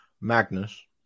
Magnus